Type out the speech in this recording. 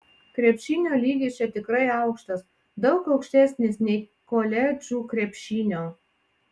krepšinio lygis čia tikrai aukštas daug aukštesnis nei koledžų krepšinio